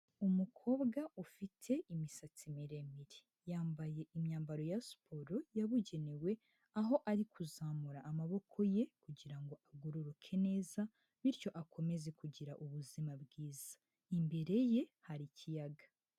Umukobwa ufite imisatsi miremire. Yambaye imyambaro ya siporo yabugenewe, aho ari kuzamura amaboko ye kugira agororoke neza bityo akomeze kugira ubuzima bwiza. Imbere ye hari ikiyaga.